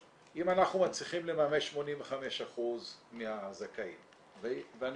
אם אנחנו מצליחים לממש 85% מהזכאים ואני